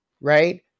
right